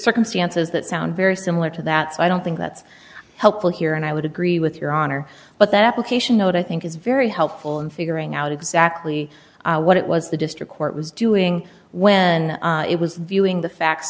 circumstances that sound very similar to that so i don't think that's helpful here and i would agree with your honor but that application note i think is very helpful in figuring out exactly what it was the district court was doing when it was viewing the facts